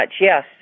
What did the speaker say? yes